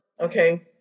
okay